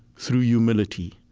through humility,